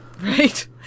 Right